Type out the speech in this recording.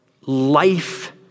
life